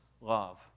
love